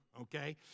okay